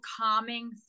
calming